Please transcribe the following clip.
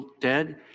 dead